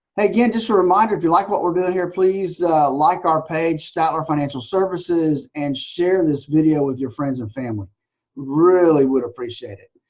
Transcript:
just a reminder if you like what we're doing here please like our page, statler financial services, and share this video with your friends and family really would appreciate it.